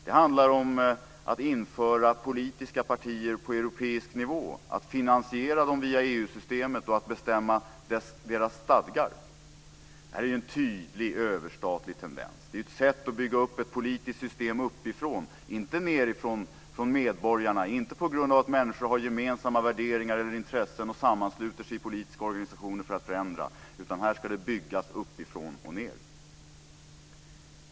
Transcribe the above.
Det handlar om att införa politiska partier på europeisk nivå, att finansiera dem via EU-systemet och att bestämma deras stadgar. Detta är ju en tydlig överstatlig tendens. Det är ett sätt att bygga upp ett politiskt system uppifrån, inte nedifrån från medborgarna och inte på grund av att människor har gemensamma värderingar eller intressen och sammansluter sig i politiska organisationer för att förändra, utan här ska det byggas uppifrån och ned.